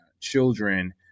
children